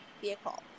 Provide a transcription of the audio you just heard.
vehicle